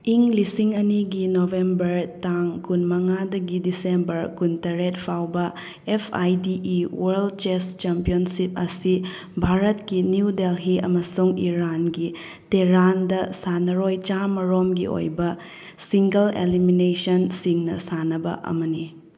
ꯏꯪ ꯂꯤꯁꯤꯡ ꯑꯅꯤꯒꯤ ꯅꯣꯕꯦꯝꯕꯔ ꯇꯥꯡ ꯀꯨꯟꯃꯉꯥꯗꯒꯤ ꯗꯤꯁꯦꯟꯕꯔ ꯀꯨꯟꯇꯔꯦꯠ ꯐꯥꯎꯕ F I D E world chess championship ꯑꯁꯤ ꯚꯥꯔꯠꯀꯤ ꯅ꯭ꯌꯨ ꯗꯦꯜꯜꯤ ꯑꯃꯁꯨꯡ ꯏꯔꯥꯟꯒꯤ ꯇꯦꯔꯥꯟꯗ ꯁꯥꯟꯅꯔꯣꯏ ꯆꯥꯝꯃ ꯔꯣꯝꯒꯤ ꯑꯣꯏꯕ ꯁꯤꯡꯒꯜ ꯏꯂꯤꯃꯤꯅꯦꯁꯟꯁꯤꯡꯅ ꯁꯥꯟꯅꯕ ꯑꯃꯅꯤ